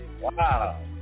Wow